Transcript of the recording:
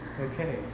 Okay